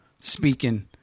speaking